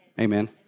amen